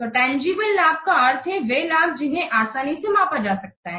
तो तंजीबले लाभ का अर्थ है ये वे लाभ हैं जिन्हें आसानी से मापा जा सकता है